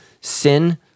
Sin